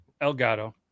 Elgato